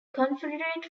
confederate